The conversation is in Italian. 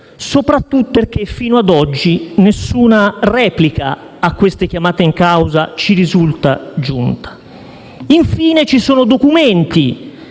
soprattutto perché fino a oggi nessuna replica a queste chiamate in causa ci risulta giunta. Infine, ci sono documenti